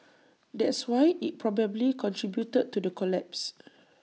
that's why IT probably contributed to the collapse